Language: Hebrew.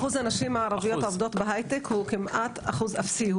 אחוז הנשים הערביות עובדות בהייטק הוא אחוז אפסי,